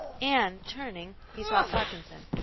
and, turning, he saw parkinson.